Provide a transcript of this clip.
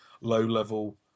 low-level